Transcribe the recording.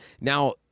now